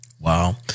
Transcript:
Wow